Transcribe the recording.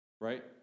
right